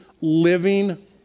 living